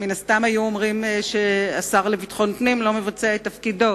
מן הסתם היו אומרים שהשר לביטחון פנים לא מבצע את תפקידו.